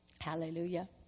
Hallelujah